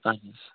اَہَن حظ